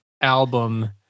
album